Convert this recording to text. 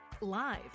Live